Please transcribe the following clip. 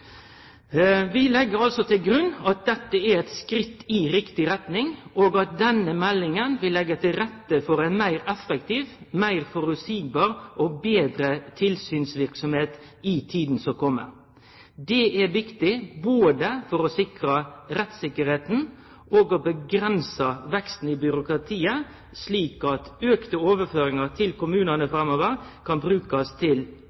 Vi legg altså til grunn at dette er eit skritt i riktig retning, og at denne meldinga vil leggje til rette for ei meir effektiv, meir føreseieleg og betre tilsynsverksemd i tida som kjem. Det er viktig, både for å sikre rettstryggleiken og for å avgrense veksten i byråkratiet, slik at auka overføringar til kommunane framover kan brukast til